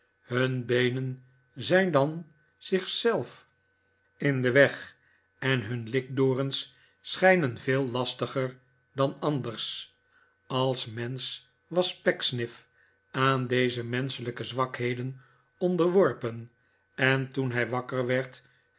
hun beenen zijn dan zich zelf in den weg en hun likdorens schijnen veel lastiger dan anders als mensch was pecksniff aan deze menschelijke zwakheden onderworpen en toen hij wakker werd